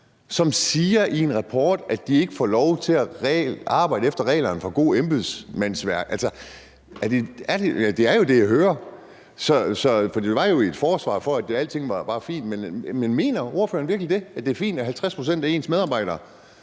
som siger i en rapport, at de ikke får lov til at arbejde efter reglerne for god embedsførelse? Det er jo det, jeg hører, for det var jo et forsvar for, at alting bare var fint. Men mener ordføreren virkelig det, altså at det er fint, at 50 pct. af ens medarbejdere